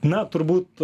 na turbūt